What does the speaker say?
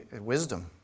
Wisdom